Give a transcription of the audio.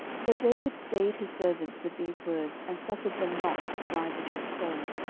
so david stayed his servants with these words, and suffered them not to rise against saul.